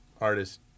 artist